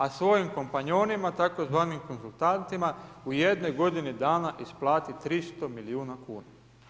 A svojim kompanjonima, tzv. konzultantima u jednoj godini dana isplati 300 milijuna kuna.